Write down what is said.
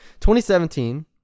2017